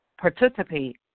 participate